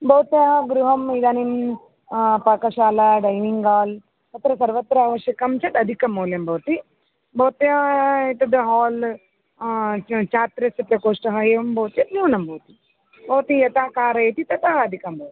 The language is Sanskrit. भवत्याः गृहम् इदानीं पाकशाला डैनिङ्ग् आल् तत्र सर्वत्र आवश्यकं चेत् अधिकं मूल्यं भवति भवत्याः एतद् हाल् छात्रस्य प्रकोष्ठः एवं भवति चेत् न्यूनं भवति भवती यथा कारयति तथा अधिकं भवति